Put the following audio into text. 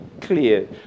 clear